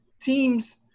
teams